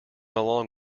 along